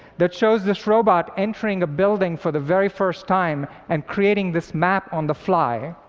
that shows this robot entering a building for the very first time, and creating this map on the fly.